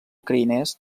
ucraïnès